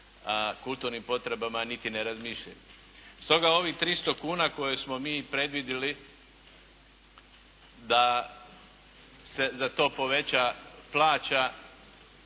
kulturnim potrebama niti ne razmišljaju. Stoga ovih 300 kuna koje smo mi predvidjeli da se za to povećava plaća